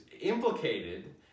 implicated